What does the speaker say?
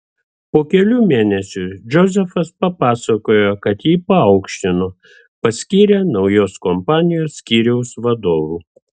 po kelių mėnesių džozefas papasakojo kad jį paaukštino paskyrė naujos kompanijos skyriaus vadovu